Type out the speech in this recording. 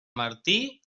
martí